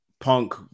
Punk